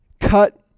Cut